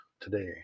today